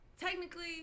technically